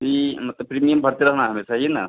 pre मतलब premium भरते रहना हमेशा ये ना